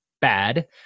bad